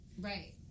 right